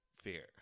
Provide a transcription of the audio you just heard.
Fear